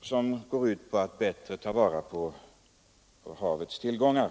som går ut på ett bättre tillvaratagande av havets tillgångar.